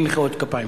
בלי מחיאות כפיים